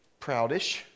proudish